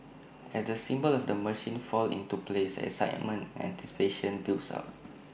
as the symbols of the machine fall into place excitement anticipation builds up